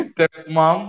Stepmom